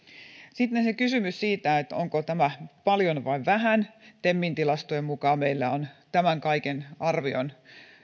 sitten se kysymys siitä onko tämä paljon vai vähän temin tilastojen mukaan meillä on tämän kaiken arviolta